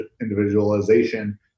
individualization